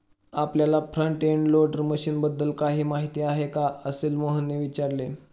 आपल्याला front end loader मशीनबद्दल काही माहिती आहे का, असे मोहनने विचारले?